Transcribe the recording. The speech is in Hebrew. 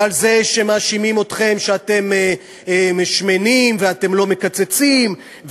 ועל זה שמאשימים אתכם שאתם שמנים ולא מקצצים,